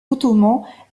ottomans